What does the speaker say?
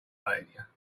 failure